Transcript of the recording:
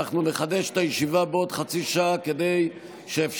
אנחנו נחדש את הישיבה בעוד חצי שעה כדי שאפשר